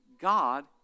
God